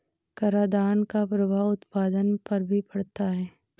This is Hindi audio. करादान का प्रभाव उत्पादन पर भी पड़ता है